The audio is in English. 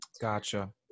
gotcha